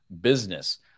business